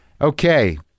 Okay